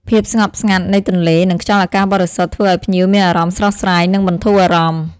ភាពស្ងប់ស្ងាត់នៃទន្លេ និងខ្យល់អាកាសបរិសុទ្ធ ធ្វើឲ្យភ្ញៀវមានអារម្មណ៍ស្រស់ស្រាយ និងបន្ធូរអារម្មណ៍។